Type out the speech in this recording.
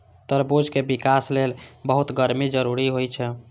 तरबूजक विकास लेल बहुत गर्मी जरूरी होइ छै